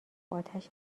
آتش